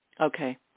Okay